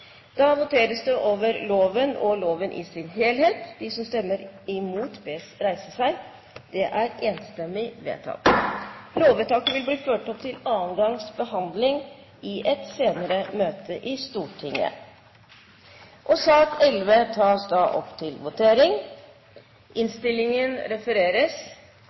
da til votering. Det voteres over lovens overskrift og loven i sin helhet. Lovvedtaket vil bli ført opp til andre gangs behandling i et senere møte i Stortinget. Det voteres over lovens overskrift og loven i sin helhet. Lovvedtaket vil bli ført opp til